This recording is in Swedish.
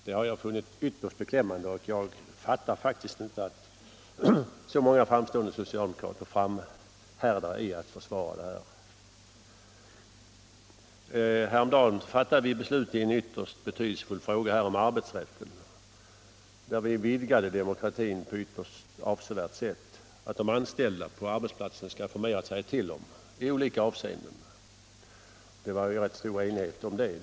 Det finner jag ytterst beklämmande, och jag fattar faktiskt inte att så många framstående socialdemokrater framhärdar i att försvara den. Häromdagen fattade vi beslut i en ytterst betydelsefull fråga, nämligen om arbetsrätten. Där vidgade vi demokratin avsevärt. De anställda på arbetsplatserna får mer att säga till om i olika avseenden. Det var dess bättre rätt stor enighet om detta.